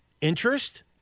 interest